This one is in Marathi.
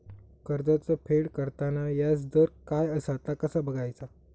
कर्जाचा फेड करताना याजदर काय असा ता कसा बगायचा?